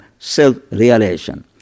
self-realization